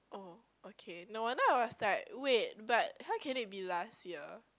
oh okay no wonder I was like wait but how can it be last year